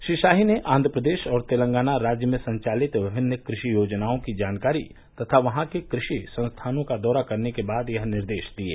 श्री शाही ने आंघ्र प्रदेश और तेलंगाना राज्य में संचालित विभिन्न कृषि योजनाओं की जानकारी तथा वहां के कृषि संस्थानों का दौरा करने के बाद यह निर्देश दिये